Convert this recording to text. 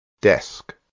Desk